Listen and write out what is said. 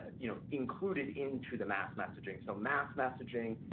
you know, included into the mass messaging. so, mass messaging,